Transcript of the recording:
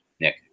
Nick